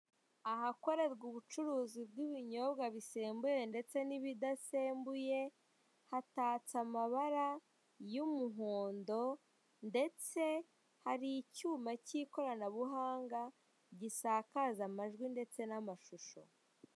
Ahakorerwa ubucuruzi by'ibinyobwa bisembuye ndetse n'ibidasembuye, hatatse amabara y'umuhondo; ndetse hari icyuma k'ikoranabuhanga gisakaza amajwi ndetse n'amashusho.